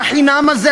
והחינם הזה,